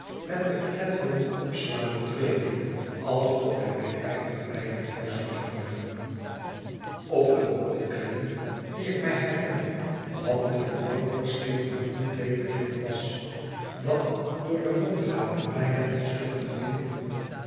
met de kletterend opslaande trede alsof hij mij vijftig mijlen ver zou gaan brengen op den bok te klimmen dien ik mij herinner dat met een oud versleten groen kleed bedekt was dat door de motgaten bijna in stukken viel